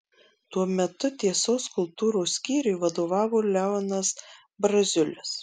tuo metu tiesos kultūros skyriui vadovavo leonas braziulis